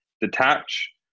detach